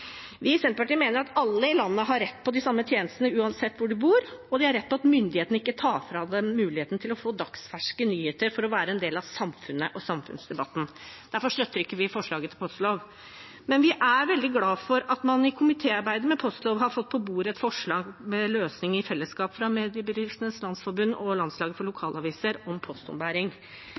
Vi i Senterpartiet mener at alle i landet har rett på de samme tjenestene uansett hvor de bor, og rett til at ikke myndighetene tar fra dem muligheten til å få dagsferske nyheter, slik at de kan være en del av samfunnet og samfunnsdebatten. Derfor støtter vi ikke forslaget til endringer i postloven, men vi er veldig glad for at man i komitéarbeidet har fått på bordet et forslag til løsning om postombæring, fra Mediebedriftenes Landsforening og Landslaget for lokalaviser